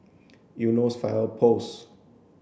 Eunos Fire Post